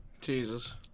Jesus